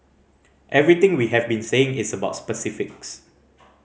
everything we have been saying its about specifics